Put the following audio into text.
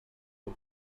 por